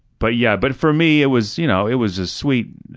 but yeah, but for me it was you know it was a sweet.